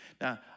Now